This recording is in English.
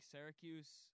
Syracuse –